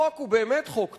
החוק הוא באמת חוק טוב,